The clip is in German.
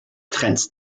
trends